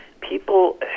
People